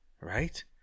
right